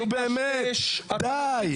נו, באמת, די.